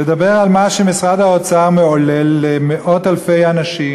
לדבר על מה שמשרד האוצר מעולל למאות-אלפי אנשים